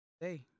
Hey